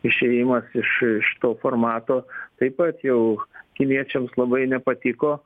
išėjimas iš iš to formato taip pat jau kiniečiams labai nepatiko